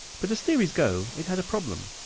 but as theories go, it had a problem.